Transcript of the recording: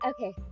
Okay